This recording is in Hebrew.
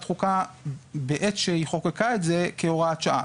חוקה בעת שהיא חוקקה את זה כהוראת שעה,